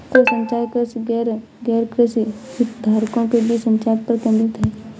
कृषि संचार, कृषि और गैरकृषि हितधारकों के बीच संचार पर केंद्रित है